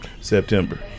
September